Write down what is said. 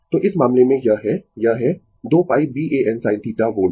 तो इस मामले में यह है यह है 2 π B A N sin θ volt